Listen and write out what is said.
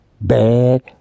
bad